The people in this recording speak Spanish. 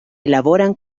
elaboran